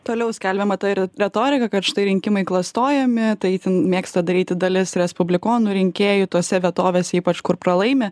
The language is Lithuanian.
toliau skelbiama ta retorika kad štai rinkimai klastojami tai itin mėgsta daryti dalis respublikonų rinkėjų tose vietovėse ypač kur pralaimi